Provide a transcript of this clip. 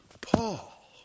Paul